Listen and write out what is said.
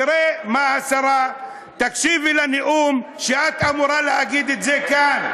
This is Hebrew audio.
תראה מה השרה, תקשיבי לנאום שאת אמורה להגיד כאן.